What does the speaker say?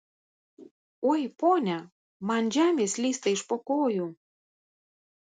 oi ponia man žemė slysta iš po kojų